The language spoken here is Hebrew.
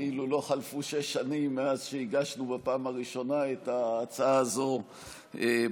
כאילו לא חלפו שש שנים מאז הגשנו בפעם הראשונה את ההצעה הזאת ביחד.